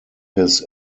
his